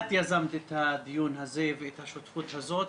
את יזמת את הדיון הזה ואת השותפות הזאת.